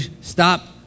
stop